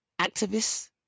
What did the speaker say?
activists